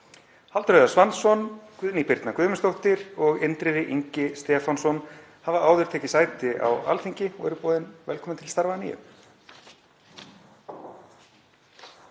Halldór Auðar Svansson, Guðný Birna Guðmundsdóttir og Indriði Ingi Stefánsson hafa áður tekið sæti á Alþingi og eru boðin velkomin til starfa að nýju.